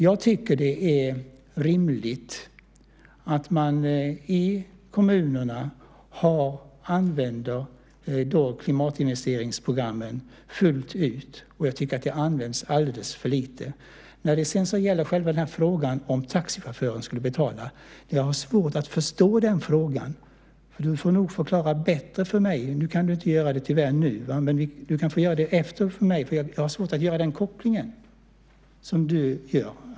Jag tycker att det är rimligt att man i kommunerna använder klimatinvesteringsprogram fullt ut. Jag tycker att de används alldeles för lite. När det sedan gäller frågan om taxichauffören skulle betala måste jag säga att jag har svårt att förstå den frågan. Du får nog förklara den bättre för mig. Nu kan du tyvärr inte göra det, men du kan få förklara den för mig efter debatten. Jag har svårt att göra den koppling som du gör.